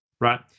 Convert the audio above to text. right